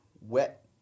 wet